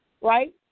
right